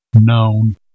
known